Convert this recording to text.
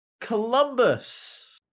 Columbus